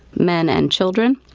men and children.